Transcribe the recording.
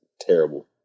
terrible